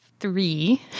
three